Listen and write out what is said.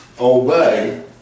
obey